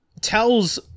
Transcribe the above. tells